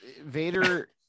Vader